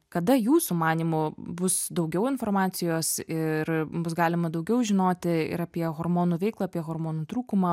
kada jūsų manymu bus daugiau informacijos ir bus galima daugiau žinoti ir apie hormonų veiklą apie hormonų trūkumą